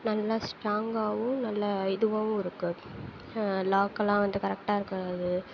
நல்லா ஸ்ட்ராங்காகவும் நல்லா இதுவாகவும் இருக்குது லாக்கெலாம் வந்து கரெக்டாக இருக்கிறது